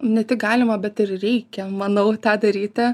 ne tik galima bet ir reikia manau tą daryti